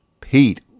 Pete